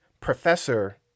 Professor